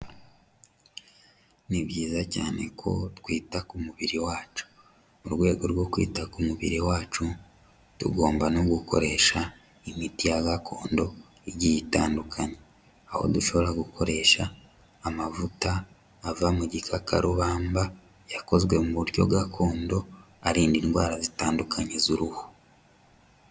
Ni byiza cyane ko twita ku mubiri wacu, mu rwego rwo kwita ku mubiri wacu tugomba no gukoresha imiti ya gakondo igiye itandukanye, aho dushobora gukoresha amavuta ava mu gikakarubamba yakozwe mu buryo gakondo arinda indwara zitandukanye z'uruhu.